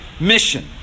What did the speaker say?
mission